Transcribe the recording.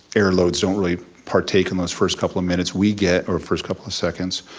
air loads don't really partake in those first couple of minutes we get, or first couple of seconds.